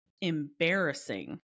embarrassing